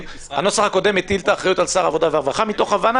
הנוסח הקודם הטיל את האחריות על שר העבודה והרווחה מתוך הבנה